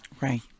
Right